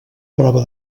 prova